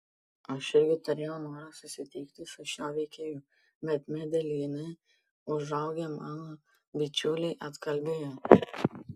aš irgi turėjau norą susitikti su šiuo veikėju bet medeljine užaugę mano bičiuliai atkalbėjo